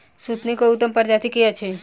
सुथनी केँ उत्तम प्रजाति केँ अछि?